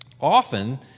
often